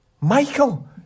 Michael